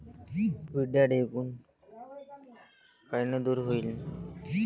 पिढ्या ढेकूण कायनं दूर होईन?